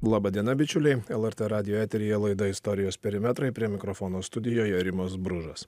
laba diena bičiuliai lrt radijo eteryje laida istorijos perimetrai prie mikrofono studijoje rimas bružas